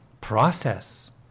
process